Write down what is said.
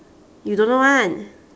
you don't know [one]